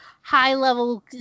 high-level